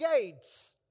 gates